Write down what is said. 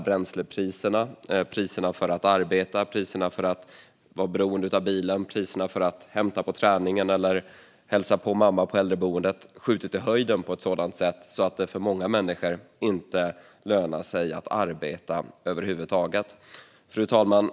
Bränslepriserna, priset för att arbeta, priset för att vara beroende av bilen, priset för att hämta på träningen eller hälsa på mamma på äldreboendet har skjutit i höjden på ett sådant sätt att det för många människor inte lönar sig att arbeta över huvud taget. Fru talman!